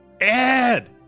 Ed